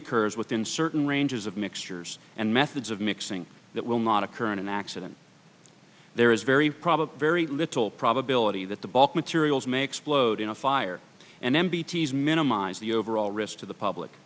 occurs within certain ranges of mixtures and methods of mixing that will not occur in an accident there is very probable very little probability that the bulk materials may explode in a fire and m b t is minimize the overall risk to the public